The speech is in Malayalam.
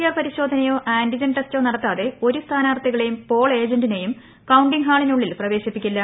ആർ പരിശോധനയോ ആന്റിജെൻ ടെസ്റ്റോ നടത്താതെ ഒരു സ്ഥാനാർത്ഥികളെയും പോൾ ഏജന്റിനെയും കൌണ്ടിംഗ് ഹാളിനുള്ളിൽ പ്രവേശിപ്പിക്കില്ല